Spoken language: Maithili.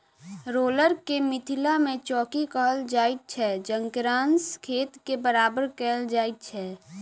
रोलर के मिथिला मे चौकी कहल जाइत छै जकरासँ खेत के बराबर कयल जाइत छै